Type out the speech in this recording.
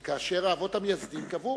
האבות המייסדים קבעו